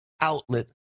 outlet